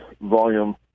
volume